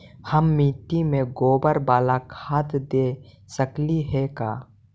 हम मिट्टी में गोबर बाला खाद दे सकली हे का?